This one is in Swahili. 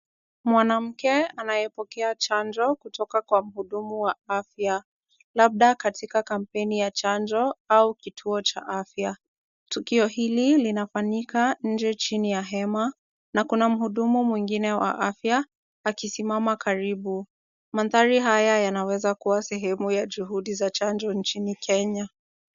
Mwanamke anayepokea chanjo kutoka kwa mhudumu wa afya. Labda katika kampeni ya chanjo au kituo cha afya. Tukio hili linafanyika nje chini ya hema, na kuna mhudumu mwingine wa afya akisimama karibu. Mandhari haya yanaweza kuwa sehemu ya juhudi za chanjo nchini Kenya.